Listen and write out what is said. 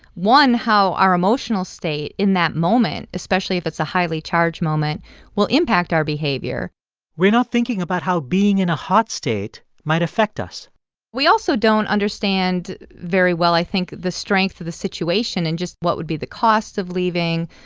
one, how our emotional state in that moment especially if it's a highly charged moment will impact our behavior we're not thinking about how being in a hot state might affect us we also don't understand very well, i think, the strength of the situation and just what would be the cost of leaving?